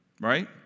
right